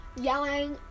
yelling